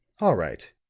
all right.